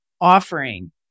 offering